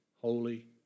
holy